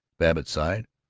babbitt sighed,